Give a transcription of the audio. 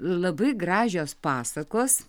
labai gražios pasakos